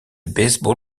baseball